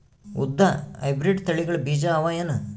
ಉದ್ದ ಹೈಬ್ರಿಡ್ ತಳಿಗಳ ಬೀಜ ಅವ ಏನು?